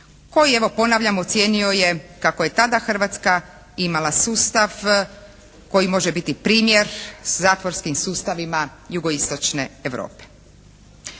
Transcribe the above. koji evo ponavljam, ocijenio je kako je tada Hrvatska imala sustav koji može biti primjer zatvorskim sustavima jugoistočne Europe.